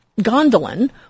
Gondolin